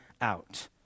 out